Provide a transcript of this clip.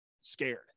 scared